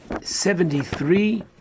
Seventy-three